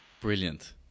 brilliant